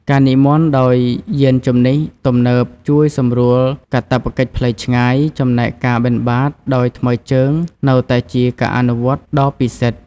ការនិមន្តដោយយានជំនិះទំនើបជួយសម្រួលកាតព្វកិច្ចផ្លូវឆ្ងាយ ចំណែកការបិណ្ឌបាតដោយថ្មើរជើងនៅតែជាការអនុវត្តន៍ដ៏ពិសិដ្ឋ។